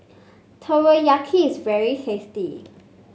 teriyaki is very tasty